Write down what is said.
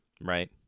Right